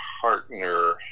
partner